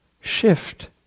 shift